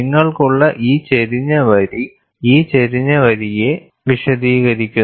നിങ്ങൾക്കുള്ള ഈ ചെരിഞ്ഞ വരി ഈ ചെരിഞ്ഞ വരിയെ വിശദീകരിക്കുന്നു